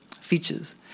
features